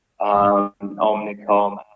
Omnicom